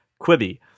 quibi